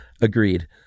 Agreed